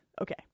okay